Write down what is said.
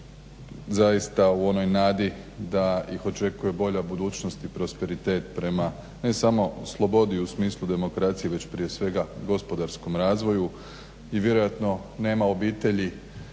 zaista u onoj nadi da ih očekuje bolja budućnost i prosperitet prema ne samo slobodi u smislu demokracije već prije svega gospodarskom razvoju i vjerojatno nema obitelji